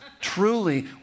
Truly